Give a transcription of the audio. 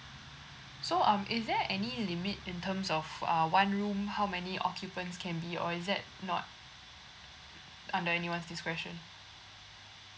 so um is there any limit in terms of uh one room how many occupants can be or is that not under anyone's discretion